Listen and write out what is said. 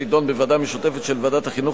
תידון בוועדה משותפת של ועדת החינוך,